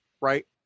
Right